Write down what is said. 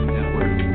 Network